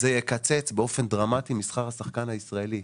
זה יקצץ באופן דרמטי משכר השחקן הישראלי.